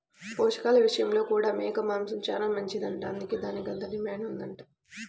పోషకాల విషయంలో కూడా మేక మాంసం చానా మంచిదంట, అందుకే దానికంత డిమాండ్ ఉందంట